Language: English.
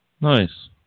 Nice